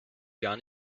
gar